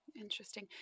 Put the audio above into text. Interesting